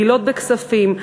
מעילות בכספים,